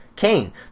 Cain